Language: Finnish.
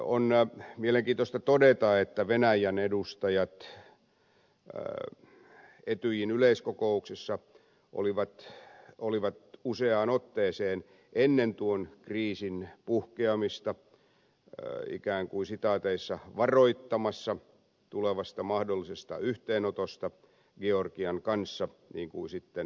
on mielenkiintoista todeta että venäjän edustajat etyjin yleiskokouksessa olivat useaan otteeseen ennen tuon kriisin puhkeamista ikään kuin sitaateissa sanottuna varoittamassa tulevasta mahdollisesta yhteenotosta georgian kanssa niin kuin sitten tapahtuikin